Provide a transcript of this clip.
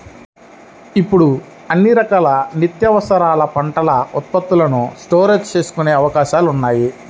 ఇప్పుడు అన్ని రకాల నిత్యావసరాల పంట ఉత్పత్తులను స్టోరేజీ చేసుకునే అవకాశాలున్నాయి